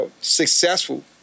successful